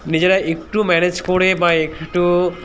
নিজেরা একটু ম্যানেজ করে বা একটু